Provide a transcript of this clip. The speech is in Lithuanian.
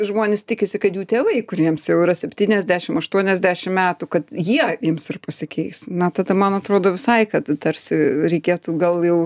žmonės tikisi kad jų tėvai kuriems jau yra septyniasdešim aštuoniasdešim metų kad jie ims ir pasikeis na tada man atrodo visai kad tarsi reikėtų gal jau